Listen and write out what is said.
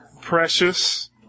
precious